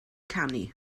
canu